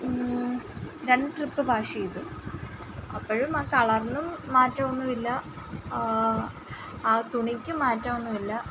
രണ്ട് trip wash ചെയ്തു അപ്പോഴും ആ കളറിനും മാറ്റം ഒന്നുമില്ല ആ തുണിക്കും മാറ്റം ഒന്നുമില്ല